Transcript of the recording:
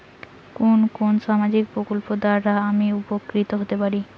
কোন কোন সামাজিক প্রকল্প দ্বারা আমি উপকৃত হতে পারি?